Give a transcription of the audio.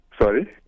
Sorry